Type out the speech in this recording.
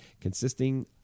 consisting